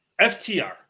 ftr